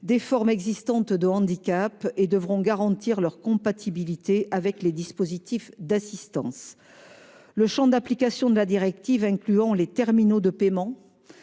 des formes existantes de handicap, et devront garantir leur compatibilité avec les dispositifs d'assistance. Le champ d'application de la directive incluant les terminaux de paiement,